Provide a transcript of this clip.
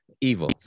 Evil